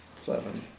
Seven